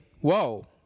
whoa